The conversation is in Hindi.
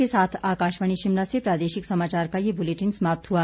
इसी के साथ आकाशवाणी शिमला से प्रादेशिक समाचार का ये बुलेटिन समाप्त हुआ